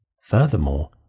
Furthermore